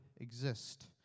exist